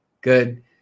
good